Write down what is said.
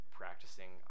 practicing